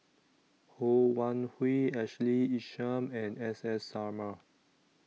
Ho Wan Hui Ashley Isham and S S Sarma